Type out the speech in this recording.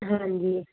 ਹਾਂਜੀ